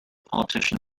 politician